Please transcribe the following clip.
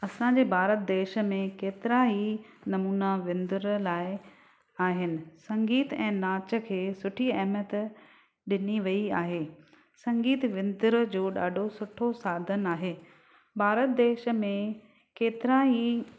असांजे भारत देश में केतिरा ई नमूना विंदुर लाइ आहिनि संगीत ऐं नाच खे सुठी अहमियत ॾिनी वई आहे संगीत विंदुर जो ॾाढो सुठो साधन आहे भारत देश में केतिरा ई